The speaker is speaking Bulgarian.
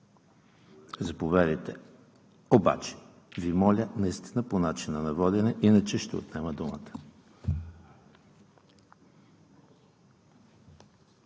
заповядайте. Обаче моля наистина по начина на водене, иначе ще Ви отнема думата!